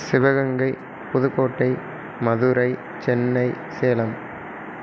Sivaganga Pudukkottai Madurai Chennai Salem